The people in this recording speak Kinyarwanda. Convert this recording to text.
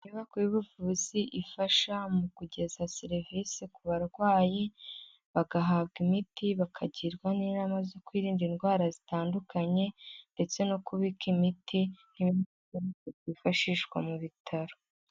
Inyubako y'ubuvuzi ifasha mu kugeza serivisi ku barwayi, bagahabwa imiti bakagirwa n'inama zo kwirinda indwara zitandukanye ndetse no kubika imiti n'ibikoresho byose byifashishwa mu bitaro.